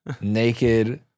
naked